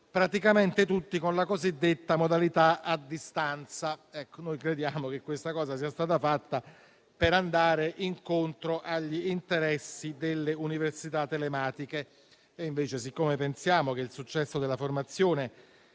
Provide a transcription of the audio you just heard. praticamente tutti, con la cosiddetta modalità a distanza. Noi crediamo che questo sia stato fatto per andare incontro agli interessi delle università telematiche. Invece, siccome pensiamo che il successo della formazione